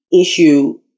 issue